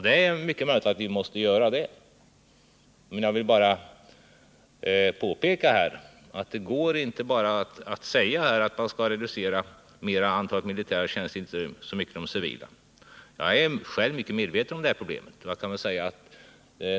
Det är möjligt att vi måste göra det, men jag vill påpeka att det inte går att säga att man bara skall reducera antalet militära tjänster och inte antalet civila tjänster. Jag är mycket medveten om detta problem.